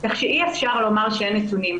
כך שאי אפשר לומר שאין נתונים.